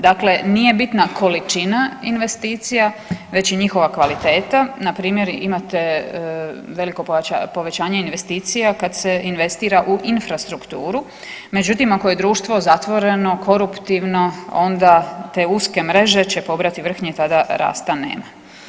Dakle, nije bitna količina investicija, već i njihova kvaliteta npr. imate veliko povećanje investicija kad se investira u infrastrukturu, međutim ako je društvo zatvoreno, koruptivno onda te uske mreže će pobrati vrhnje i tada rasta nema.